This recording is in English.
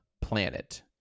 planet